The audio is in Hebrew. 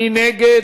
מי נגד?